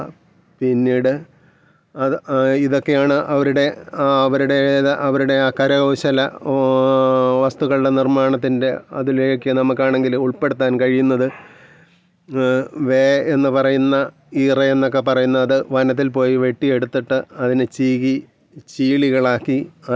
അപ്പോൾ ഇങ്ങനെ ചിത്രം വരക്കുമ്പോഴത്തേനും മീനിങ്ങോടു കൂടി വരക്കുമ്പം നമുക്ക് അതില് നിന്നും കമ്മ്യൂണിക്കേഷന് കമ്മ്യൂണിക്കേഷന് കിട്ടും ഒരു ചിത്രത്തില് നിന്നു വേണം നമുക്ക് കമ്മ്യൂണിക്കേഷന് കിട്ടാം ലാംഗ്വേജ് മാത്രം അല്ല അതായത് സിമ്പൽ മാത്രം അല്ല ഒരു പിക്ച്ചറിലൂടെയും നമുക്ക് കമ്മ്യൂണിക്കേഷന് അവൈലബിളാണ് അതു മനസ്സിലായി നമുക്കേതെങ്കിലുമൊക്കെ സാഹചര്യത്തിലങ്ങനെ ഉപയോഗിക്കാമല്ലോ